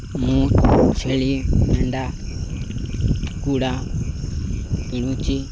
ମୁଁ ଛେଳି ମେଣ୍ଡା କୁକୁଡ଼ା କିଣୁଛି